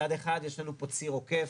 מצד אחד יש לנו פה ציר עוקף